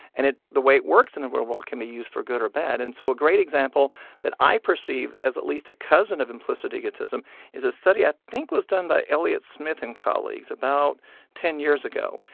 and it the way it works in the real world can be used for good or bad and so a great example that i perceive as at least a cousin of implicit egotism is a study i think was done by eliot smith and colleagues about ten years ago.